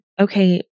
okay